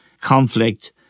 conflict